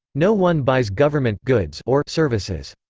no one buys government goods or services.